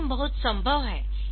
तो यह बहुत संभव है